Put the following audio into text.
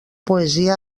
poesia